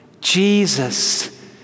Jesus